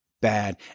bad